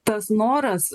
tas noras